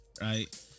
right